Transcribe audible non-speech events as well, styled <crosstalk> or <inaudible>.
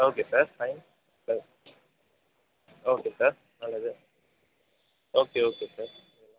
okay sir fine <unintelligible> okay sir நல்லது okay okay sir